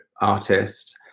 artists